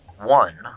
one